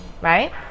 right